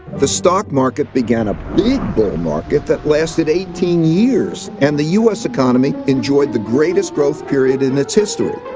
the stock market began a big bull market that lasted eighteen years, and the us economy enjoyed the greatest growth period in its history.